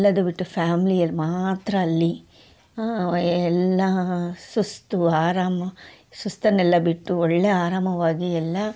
ಎಲ್ಲದು ಬಿಟ್ಟು ಫ್ಯಾಮ್ಲಿಯಲ್ಲಿ ಮಾತ್ರ ಅಲ್ಲಿ ಎಲ್ಲಾ ಸುಸ್ತು ಆರಾಮು ಸುಸ್ತನ್ನೆಲ್ಲ ಬಿಟ್ಟು ಒಳ್ಳೆಯ ಆರಾಮವಾಗಿ ಎಲ್ಲಾ